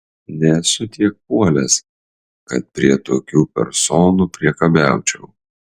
nesu tiek puolęs kad prie tokių personų priekabiaučiau